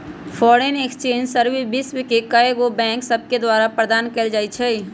foreign exchange service विश्व के कएगो बैंक सभके द्वारा प्रदान कएल जाइ छइ